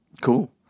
Cool